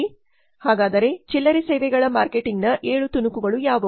ಹಾಗಾದರೆ ಚಿಲ್ಲರೆ ಸೇವೆಗಳ ಮಾರ್ಕೆಟಿಂಗ್ನ 7 ತುಣುಕುಗಳು ಯಾವುವು